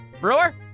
Brewer